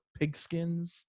Pigskins